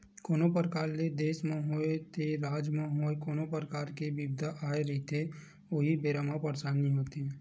कोनो परकार ले देस म होवय ते राज म होवय कोनो परकार के बिपदा आए रहिथे उही बेरा म परसानी होथे